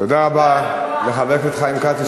תודה רבה לחבר הכנסת חיים כץ,